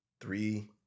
three